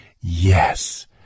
Yes